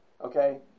okay